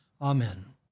Amen